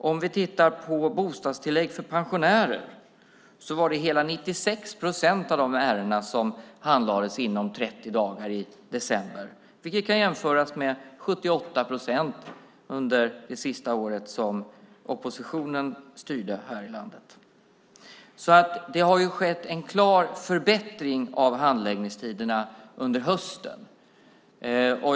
När det gäller bostadstillägg för pensionärer var det hela 96 procent av de ärendena som handlades inom 30 dagar i december, vilket kan jämföras med 78 procent under det sista året då oppositionen styrde här i landet. Det har alltså skett en klar förbättring av handläggningstiderna under hösten.